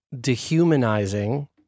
dehumanizing